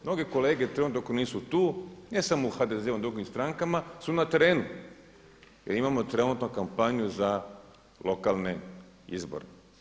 Mnogi kolege trenutno dok nisu tu, ne samo u HDZ-u nego u drugim strankama su na terenu jer imamo trenutno kampanju za lokalne izbore.